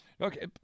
Okay